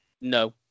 No